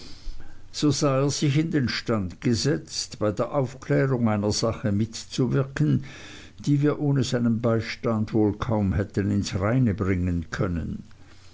so sah er sich in stand gesetzt bei der aufklärung einer sache mitzuwirken die wir ohne seinen beistand wohl kaum hätten ins reine bringen können